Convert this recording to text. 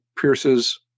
Pierce's